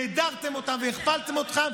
ואצלכם בממשלה האדרתם אותם והכפלתם אותם,